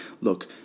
look